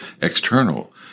external